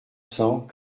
cents